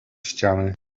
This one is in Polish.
ściany